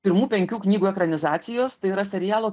pirmų penkių knygų ekranizacijos tai yra serialo